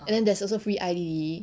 and then there's also free I_D_D